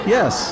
Yes